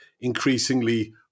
increasingly